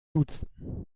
duzen